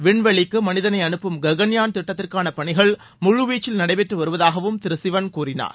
விண்வெளிக்கு மனிதனை அறைப்பும் ககன்யான் திட்டத்திற்காள பணிகள் முழுவீச்சில் நடைபெற்று வருவதாகவும் திரு சிவன் கூறினார்